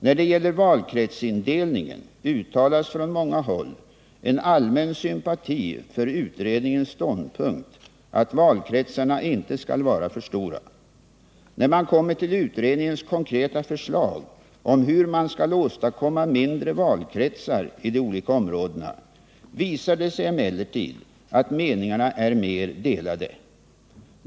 När det gäller valkretsindelningen uttalas från många håll en allmän sympati för utredningens ståndpunkt att valkretsarna inte skall vara för stora. När man kommer till utredningens konkreta förslag om hur man skall åstadkomma mindre valkretsar i de olika områdena visar det sig emellertid att meningarna är mer delade.